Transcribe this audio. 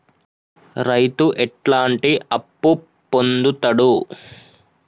రైతు ఎట్లాంటి అప్పు పొందుతడు?